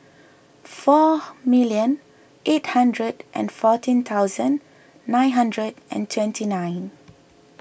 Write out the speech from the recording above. four million eight hundred and fourteen thousand nine hundred and twenty nine